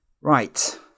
Right